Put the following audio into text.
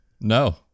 No